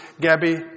Gabby